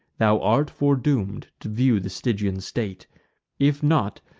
thou art foredoom'd to view the stygian state if not,